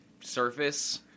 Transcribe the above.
surface